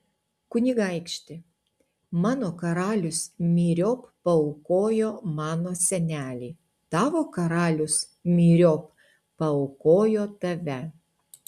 kunigaikšti mano karalius myriop paaukojo mano senelį tavo karalius myriop paaukojo tave